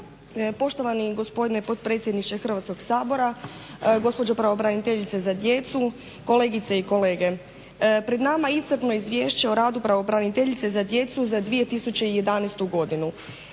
Poštovani gospodine potpredsjedniče Hrvatskog sabora, gospođo pravobraniteljice za djecu, kolegice i kolege. Pred nama je iscrpno Izvješće o radu pravobraniteljice za djecu za 2011. godinu.